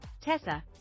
Tessa